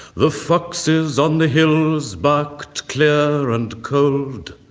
the foxes on the hills barked clear and cold